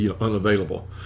unavailable